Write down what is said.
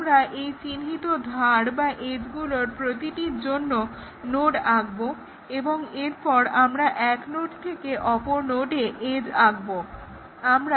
আমরা এই চিহ্নিত ধার বা এজ্গুলোর প্রতিটির জন্য নোড আঁকবো এবং এরপর আমরা এক নোড থেকে অপর নোডে এজ্ আঁকবো